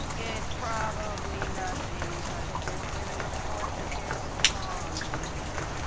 it's probably nothing, but there's been a report that there's a bomb in here.